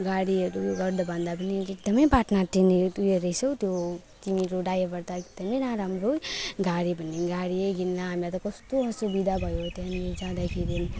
गाडीहरू उयो गर भन्दा पनि बात न टेर्ने उयो रहेछ हौ त्यो तिम्रो ड्राइभर त एकदम न राम्रो गाडी भन्ने गाडी यही घिन ल हामीलाई त कस्तो असुविधा भयो त्यहाँनेरि जाँदाखेरि